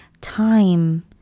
time